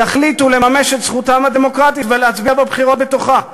יחליטו לממש את זכותם הדמוקרטית ולהצביע בבחירות בתוכה.